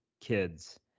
kids